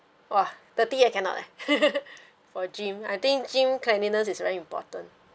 !wah! dirty I cannot eh for gym I think gym cleanliness is very important